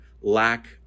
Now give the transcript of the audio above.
lack